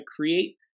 create